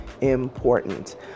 important